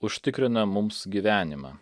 užtikrina mums gyvenimą